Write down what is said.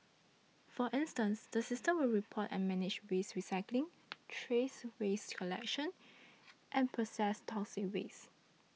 for instance the system will report and manage waste recycling trace waste collection and processed toxic waste